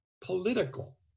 political